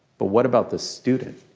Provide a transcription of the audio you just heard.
but what about the student?